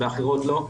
ובאחרות לא.